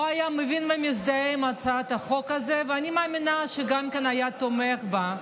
הוא היה מבין ומזדהה עם הצעת החוק הזאת ואני מאמינה שגם היה תומך בה,